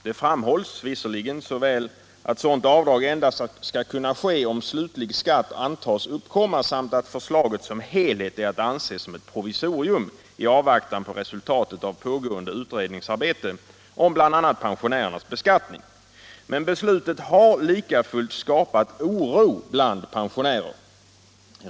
Det framhålls visserligen både att sådant I avdrag endast skall kunna ske om slutlig skatt antas uppkomma och Om information till att förslaget som helhet är att anse som ett provisorium i avvaktan på folkpensionärer resultatet av pågående utredningsarbete om bl.a. pensionärernas beskatt — rörande nya ning. Men beslutet har likafullt skapat oro bland pensionärer.